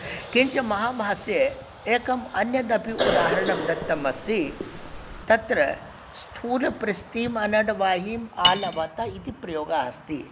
किञ्च महामहस्ये एकम् अन्यदपि उदाहरणं दत्तम् अस्ति तत्र स्थूलप्रशतीम् अनड्वाहीम् आलभेत इति प्रयोगः अस्ति